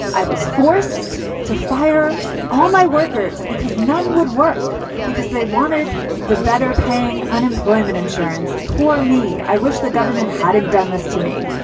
i was forced to fire all my workers because none would work because they wanted the better paying unemployment insurance. poor me. i wish the government hadn't done this to me.